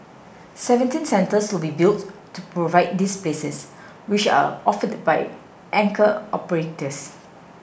seventeen centres will be built to provide these places which are offered by anchor operators